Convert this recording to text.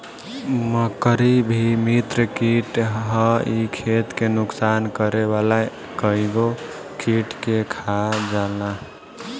मकड़ी भी मित्र कीट हअ इ खेत के नुकसान करे वाला कइगो कीट के खा जाला